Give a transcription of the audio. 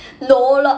no lor